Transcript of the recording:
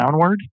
downward